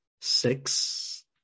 six